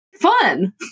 fun